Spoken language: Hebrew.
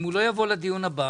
אם הוא לא יבוא לדיון הבא